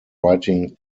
writing